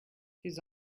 his